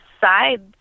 side